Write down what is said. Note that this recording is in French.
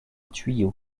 tuyau